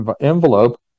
envelope